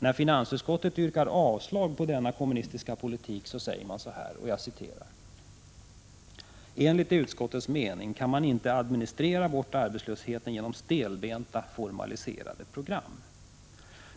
När finansutskottet yrkar avslag på denna kommunistiska politik säger man: ”Enligt utskottets mening kan man inte administrera bort arbetslösheten genom stelbenta, formaliserade program.